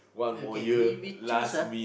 okay we we choose ah